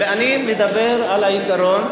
אני מדבר על העיקרון.